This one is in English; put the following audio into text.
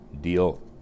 deal